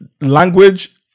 language